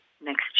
next